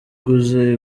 uguze